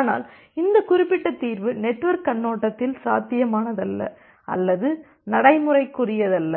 ஆனால் இந்த குறிப்பிட்ட தீர்வு நெட்வொர்க் கண்ணோட்டத்தில் சாத்தியமானதல்ல அல்லது நடைமுறைக்குரியதல்ல